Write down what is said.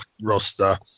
roster